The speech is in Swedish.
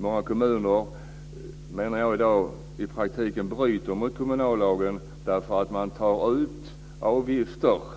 Många kommuner bryter mot kommunallagen eftersom avgifter tas ut